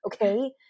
Okay